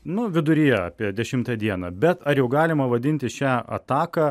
nu viduryje apie dešimtą dieną bet ar jau galima vadinti šią ataką